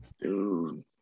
dude